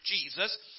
Jesus